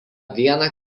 vieną